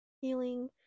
healing